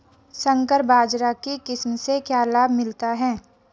संकर बाजरा की किस्म से क्या लाभ मिलता है?